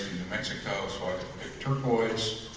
mexico so i picked turquoise,